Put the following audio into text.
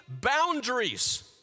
boundaries